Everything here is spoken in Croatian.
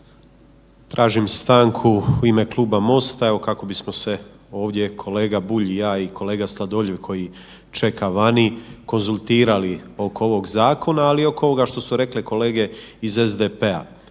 Tražim stanku u ime kluba MOST-a kako bismo se kolega Bulj i ja i kolega Sladoljev koji čeka vani konzultirali oko ovog zakona, ali i oko ovoga što su rekle kolege iz SDP-a.